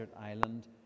island